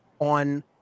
on